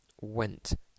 ...went